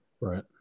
right